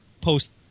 post